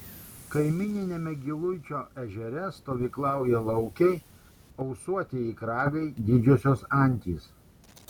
kaimyniniame giluičio ežere stovyklauja laukiai ausuotieji kragai didžiosios antys